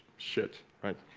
shit right